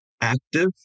active